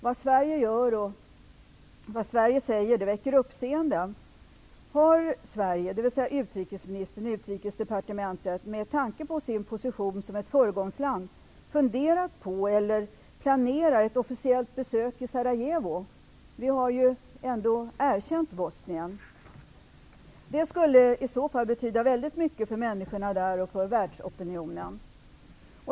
Vad Sverige gör och säger väcker uppseende. Har Sverige, dvs. utrikesministern och Utrikesdepartementet, med tanke på sin position som ett föregångsland funderat på eller planerat ett officiellt besök i Sarajevo? Vi har ju ändå erkänt Bosnien. Det skulle i så fall betyda väldigt mycket för människorna där och för världsopinionen.